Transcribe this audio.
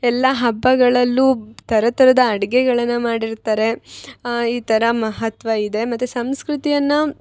ಎಲ್ಲ ಹಬ್ಬಗಳಲ್ಲೂ ಥರ ಥರದ ಅಡ್ಗೆಗಳನ ಮಾಡಿರ್ತಾರೆ ಈ ಥರ ಮಹತ್ವ ಇದೆ ಮತ್ತು ಸಂಸ್ಕೃತಿಯನ್ನ